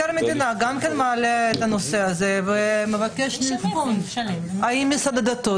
מעלה את הנושא הזה והוא מבקש לבחון האם משרד הדתות